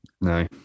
No